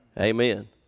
Amen